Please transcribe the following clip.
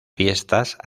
fiestas